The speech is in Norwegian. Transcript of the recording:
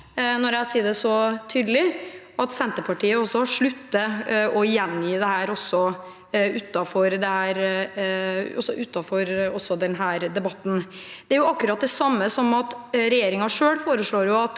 når jeg sier det så tydelig, regner jeg med at Senterpartiet slutter å gjengi dette, også utenfor denne debatten. Det er jo akkurat det samme som at regjeringen selv foreslår at